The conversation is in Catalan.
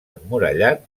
emmurallat